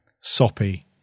soppy